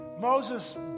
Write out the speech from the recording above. Moses